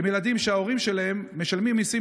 הם ילדים שההורים שלהם משלמים מיסים,